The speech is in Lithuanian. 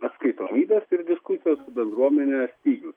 atskaitomybė ir diskusijos su bendruomene stygius